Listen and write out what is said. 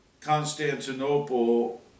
Constantinople